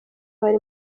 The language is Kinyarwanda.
bari